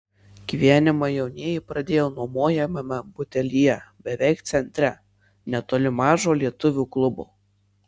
gyvenimą jaunieji pradėjo nuomojamame butelyje beveik centre netoli mažo lietuvių klubo